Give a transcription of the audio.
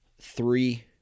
three